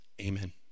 Amen